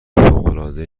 فوقالعاده